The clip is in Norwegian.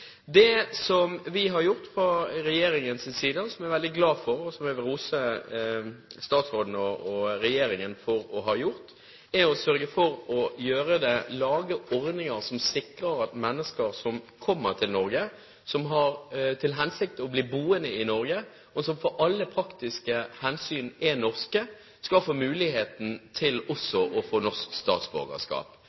Det som vi har gjort fra regjeringens side – som jeg er veldig glad for, og som jeg vil rose statsråden og regjeringen for å ha gjort – er å sørge for å lage ordninger som sikrer at mennesker som kommer til Norge, som har til hensikt å bli boende i Norge, og som for alle praktiske hensyn er norske, skal få muligheten til også å få norsk statsborgerskap.